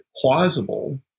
plausible